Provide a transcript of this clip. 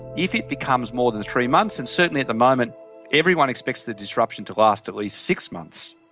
if it becomes more than three months, and certainly at the moment everyone expects the disruption to last at least six months,